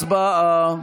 הצבעה.